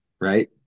right